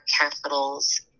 capitals